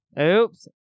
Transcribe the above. Oops